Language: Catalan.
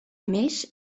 més